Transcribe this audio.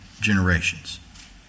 generations